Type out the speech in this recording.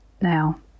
now